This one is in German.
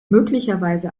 möglicherweise